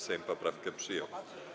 Sejm poprawki przyjął.